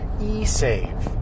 e-save